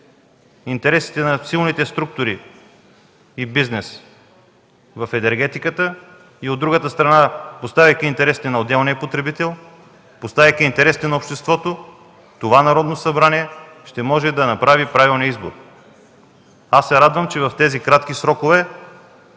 интересите на силните структури и бизнеса в енергетиката, а от другата страна поставяйки интересите на отделния потребител, поставяйки интересите на обществото, това Народно събрание ще може да направи правилния избор. Аз се радвам, че в тези кратки срокове